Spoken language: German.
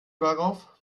darauf